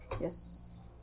Yes